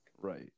Right